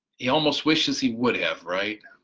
he almost wishes he would have, right?